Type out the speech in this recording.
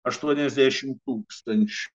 aštuoniasdešim tūkstančių